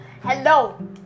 hello